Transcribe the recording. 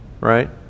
right